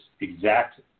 exact